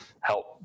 help